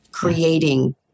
creating